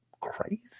crazy